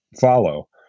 follow